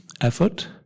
effort